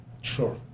Sure